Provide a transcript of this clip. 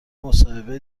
مصاحبه